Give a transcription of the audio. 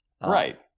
right